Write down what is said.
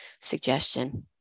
suggestion